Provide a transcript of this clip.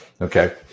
Okay